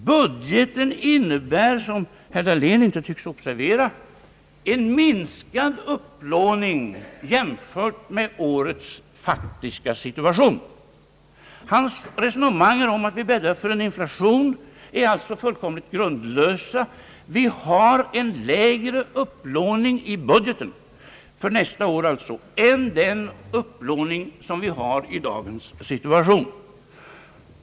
Budgeten innebär — vilket herr Dahlén inte tycks observera — en minskad upplåning jämfört med årets faktiska situation. Hans resonemang om att vi bäddar för en inflation är alltså fullkomligt grundlösa. Vi har i budgeten för nästa år en lägre upplåning än den upplåning som vi har i dagens situation.